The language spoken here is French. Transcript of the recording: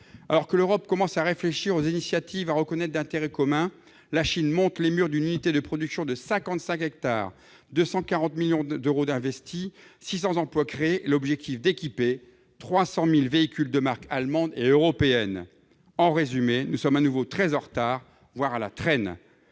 Alors que l'Europe commence à réfléchir aux initiatives à reconnaître d'intérêt commun, la Chine monte les murs d'une unité de production de 55 hectares, investit 240 millions d'euros et crée 600 emplois avec l'objectif d'équiper 300 000 véhicules de marques allemandes et européennes. En résumé, nous sommes à nouveau très en retard, voire à la traîne.